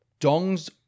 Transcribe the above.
Dongs